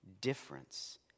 difference